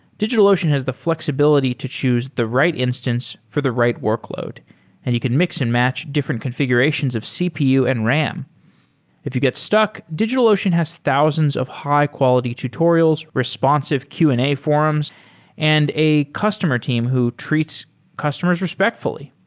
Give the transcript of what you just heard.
digitalocean has the flexibility to choose the right instance for the right workload and you can mix and match different configurations of cpu and ram if you get stuck, digitalocean has thousands of high-quality tutorials, responsive q and a forums and a customer team who treats customers respectfully.